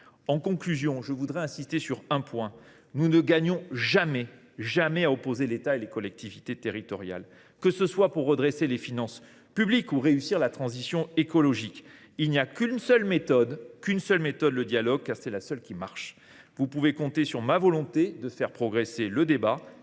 En conclusion, je voudrais insister sur un point. Nous ne gagnons jamais à opposer l’État et les collectivités territoriales. Que ce soit pour redresser les finances publiques ou réussir la transition écologique, une seule méthode fonctionne : le dialogue ! Vous pouvez compter sur ma volonté de faire progresser le débat